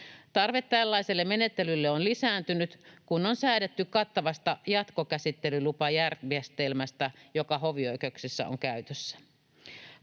Tarve tällaiselle menettelylle on lisääntynyt, kun on säädetty kattavasta jatkokäsittelylupajärjestelmästä, joka hovioikeuksissa on käytössä.